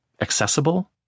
Accessible